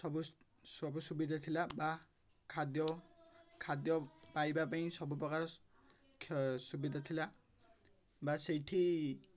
ସବୁ ସବୁ ସୁବିଧା ଥିଲା ବା ଖାଦ୍ୟ ଖାଦ୍ୟ ପାଇବା ପାଇଁ ସବୁ ପ୍ରକାର ଖ୍ୟ ସୁବିଧା ଥିଲା ବା ସେଇଠି